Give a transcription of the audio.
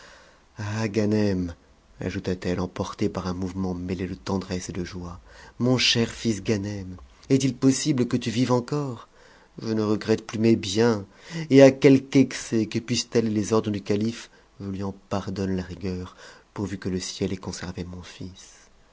ajouta i elfe emportée par un mouvement mêlé de tendresse et de joie mon cher fils ganem est-il possible que tu vives encore je ne regrette plus mes biens et à quelque excès que puissent aller les ordres du calife je lui en pardonne la rigueur pourvu que le ciel ait conservé mon fils